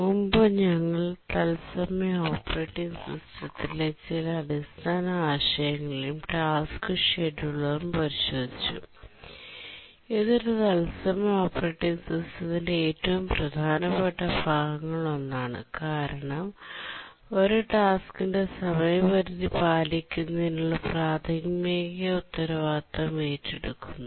മുമ്പ് ഞങ്ങൾ തത്സമയ ഓപ്പറേറ്റിംഗ് സിസ്റ്റത്തിലെ ചില അടിസ്ഥാന ആശയങ്ങളും ടാസ്ക് ഷെഡ്യൂളറും പരിശോധിച്ചു ഇത് ഒരു തത്സമയ ഓപ്പറേറ്റിംഗ് സിസ്റ്റത്തിന്റെ ഏറ്റവും പ്രധാനപ്പെട്ട ഭാഗങ്ങളിൽ ഒന്നാണ് കാരണം ഒരു ടാസ്ക്കിന്റെ സമയപരിധി പാലിക്കുന്നതിനുള്ള പ്രാഥമിക ഉത്തരവാദിത്തം ഏറ്റെടുക്കുന്നു